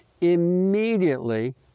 immediately